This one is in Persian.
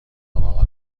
بحال